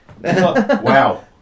Wow